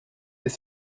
des